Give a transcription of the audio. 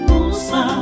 Musa